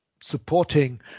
supporting